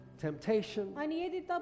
Temptation